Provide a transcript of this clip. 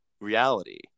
reality